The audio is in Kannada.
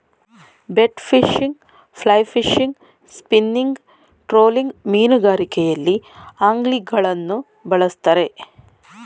bait fishing, fly fishing, spinning, trolling ಮೀನುಗಾರಿಕೆಯಲ್ಲಿ ಅಂಗ್ಲಿಂಗ್ಗಳನ್ನು ಬಳ್ಸತ್ತರೆ